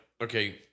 okay